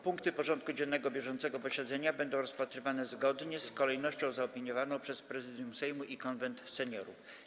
Punkty porządku dziennego bieżącego posiedzenia będą rozpatrywane zgodnie z kolejnością zaopiniowaną przez Prezydium Sejmu i Konwent Seniorów.